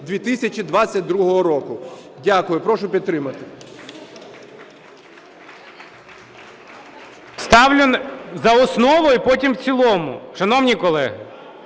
2022 року". Дякую. Прошу підтримати.